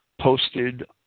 posted